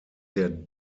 der